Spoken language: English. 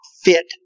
fit